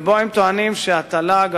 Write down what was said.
ובו הם טוענים שהתל"ג,